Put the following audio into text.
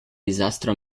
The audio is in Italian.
disastro